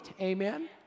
Amen